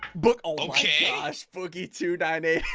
book okay. i spooky to die nate.